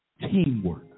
Teamwork